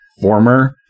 former